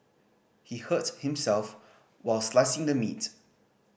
he hurt himself while slicing the meat